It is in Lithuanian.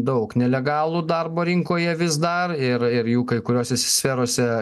daug nelegalų darbo rinkoje vis dar ir ir jų kai kuriose sferose